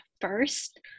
first